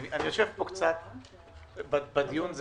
אני יושב קצת בדיון הזה,